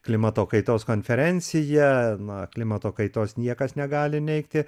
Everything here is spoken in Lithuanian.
klimato kaitos konferencija na klimato kaitos niekas negali neigti